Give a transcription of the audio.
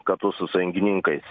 kartu su sąjungininkais